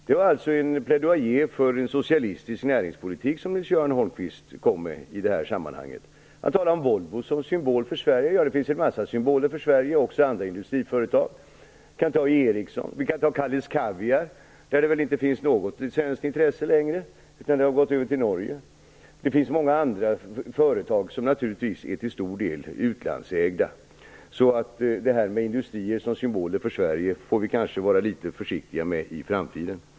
Det var en plaidoyer för en socialistisk näringspolitik som Nils-Göran Holmqvist kom med i det här sammanhanget. Han talar om Volvo som symbol för Sverige. Det finns en mängd symboler för Sverige, även andra industriföretag. Vi kan nämna Ericsson och det företag som tillverkar Kalles kaviar, där det väl inte finns något svenskt intresse längre. Det har gått över till Norge. Det finns många andra företag som naturligtvis till stor del är utlandsägda. Industrier som symboler för Sverige får vi kanske vara litet försiktiga med i framtiden.